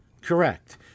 Correct